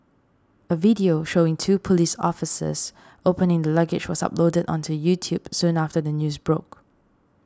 a video showing two police officers opening the luggage was uploaded onto YouTube soon after the news broke